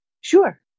Sure